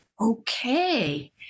Okay